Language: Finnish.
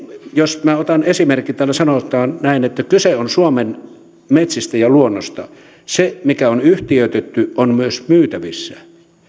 jos minä otan esimerkin täällä sanotaan näin kyse on suomen metsistä ja luonnosta se mikä on yhtiöitetty on myös myytävissä